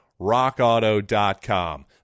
RockAuto.com